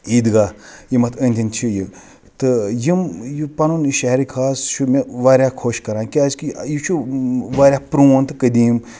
عیٖدگاہ یِم اَتھ أنٛدۍ أنٛدۍ چھِ یہِ تہٕ یِم یہِ پَنُن شہرِ خاص چھُ مےٚ واریاہ خۄش کَران کیازکہِ یہِ چھُ واریاہ پرون تہِ قٔدیٖم